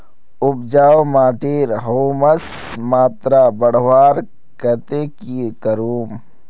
उपजाऊ माटिर ह्यूमस मात्रा बढ़वार केते की करूम?